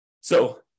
So-